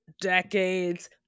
decades